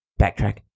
Backtrack